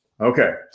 okay